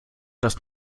das